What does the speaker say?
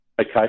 Okay